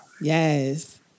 Yes